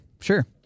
Sure